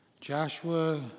Joshua